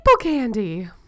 candy